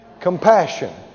compassion